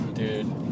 Dude